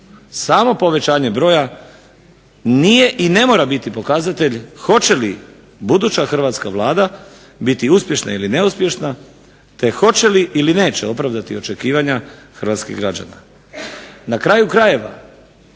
samo povećanje broja nije i ne mora biti pokazatelj hoće li buduća Hrvatska vlada biti uspješna ili neuspješna te hoće li ili neće opravdati očekivanja hrvatskih građana. Na kraju krajeva